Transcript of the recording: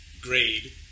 grade